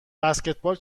بسکتبال